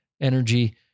energy